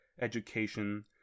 education